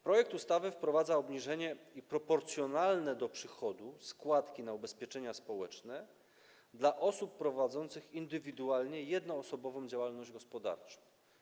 Projekt ustawy wprowadza obniżenie składek, proporcjonalne do przychodu składki na ubezpieczenia społeczne dla osób prowadzących indywidualnie jednoosobową działalność gospodarczą.